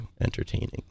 entertaining